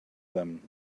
them